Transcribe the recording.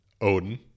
Odin